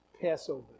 Passover